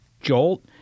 jolt